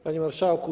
Panie Marszałku!